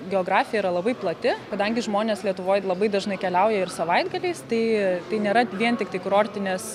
geografija yra labai plati kadangi žmonės lietuvoj labai dažnai keliauja ir savaitgaliais tai tai nėra vien tiktai kurortinės